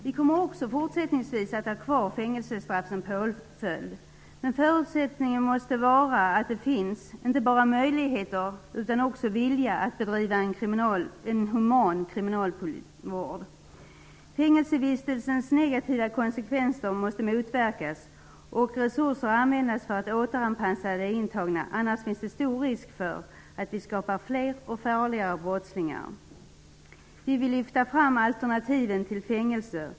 Vi kommer också fortsättningsvis att ha kvar fängelsestraff som påföljd, men förutsättningen måste vara att det finns inte bara möjligheter utan också vilja att bedriva en human kriminalvård. Fängelsevistelsens negativa konsekvenser måste motverkas och resurser användas för att återanpassa de intagna; annars finns det stor risk för att vi skapar fler och farligare brottslingar. Vi vill lyfta fram alternativen till fängelse.